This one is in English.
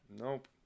Nope